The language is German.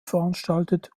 veranstaltet